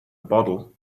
bottle